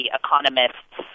economists